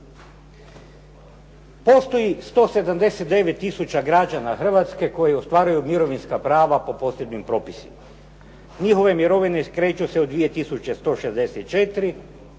Postoji 179 tisuća građana Hrvatske koji ostvaruju mirovinska prava po posljednjim propisima. Njihove mirovine kreću se od 2164